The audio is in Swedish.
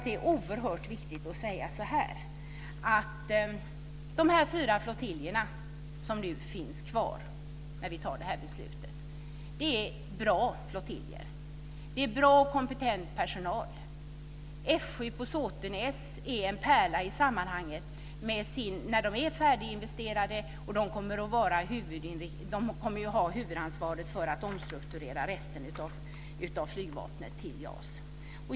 Det är oerhört viktigt att säga att de fyra flottiljer som finns kvar, när vi nu fattar beslutet, är bra flottiljer. Där finns bra och kompetent personal. F 7 på Såtenäs är en pärla i sammanhanget. När flottiljen är färdig med sina investeringar kommer den att ha huvudansvaret för att omstrukturera resten av flygvapnet för JAS.